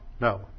no